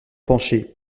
pancher